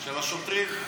של השוטרים?